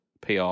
PR